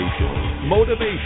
motivation